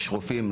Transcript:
יש רופאים,